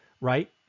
right